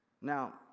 Now